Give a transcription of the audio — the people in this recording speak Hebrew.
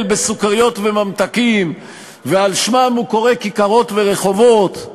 בסוכריות ובממתקים ועל שמם הוא קורא כיכרות ורחובות,